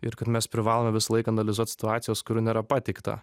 ir kad mes privalome visą laiką analizuot situacijas kurių nėra pateikta